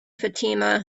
fatima